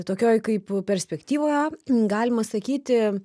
tokioj kaip perspektyvoje galima sakyti